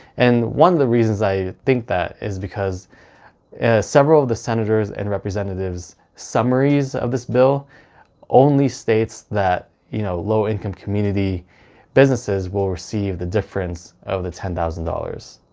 and one of the reasons i think that is because several of the senators and representatives summaries of this bill only states that you know, low-income community businesses will receive the difference of the ten thousand dollars.